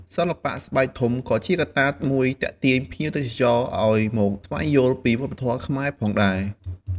សិល្បៈស្បែកធំក៏ជាកត្តាមួយទាក់ទាញភ្ញៀវទេសចរឲ្យមកស្វែងយល់ពីវប្បធម៌ខ្មែរផងដែរ។